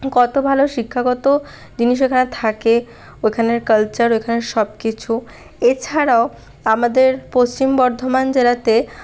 কত ভালো শিক্ষাগত জিনিস এখানে থাকে ওখানের কালচার ওখানের সবকিছু এছাড়াও আমাদের পশ্চিম বর্ধমান জেলাতে